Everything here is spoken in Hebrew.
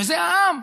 וזה העם.